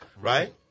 right